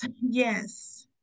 yes